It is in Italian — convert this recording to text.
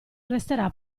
resterà